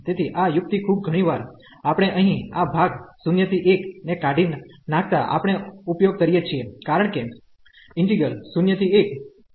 તેથી આ યુક્તિ ખૂબ ઘણી વાર આપણે અહીં આ ભાગ 0 થી 1 ને કાઢી નાખતા આપણે ઉપયોગ કરીયે છીએ